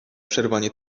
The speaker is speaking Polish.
przerwanie